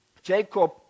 Jacob